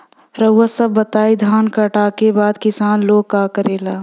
रउआ सभ बताई धान कांटेके बाद किसान लोग का करेला?